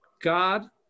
God